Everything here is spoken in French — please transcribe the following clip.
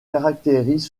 caractérise